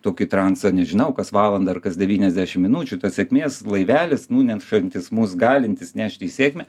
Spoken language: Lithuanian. tokį transą nežinau kas valandą ar kas devyniasdešim minučių tas sėkmės laivelis nunešantis mus galintis nešti į sėkmę